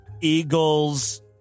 eagles